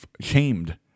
shamed